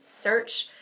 search